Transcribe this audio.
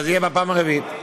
ואז יהיה בפעם הרביעית.